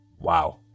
Wow